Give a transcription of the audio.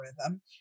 algorithm